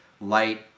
light